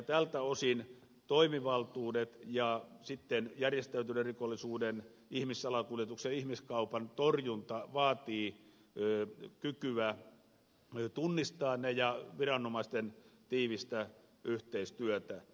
tältä osin toimivaltuudet ja järjestäytyneen rikollisuuden ihmissalakuljetuksen ja ihmiskaupan torjunta vaativat kykyä tunnistaa ne ja viranomaisten tiivistä yhteistyötä